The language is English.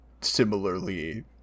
similarly